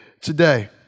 today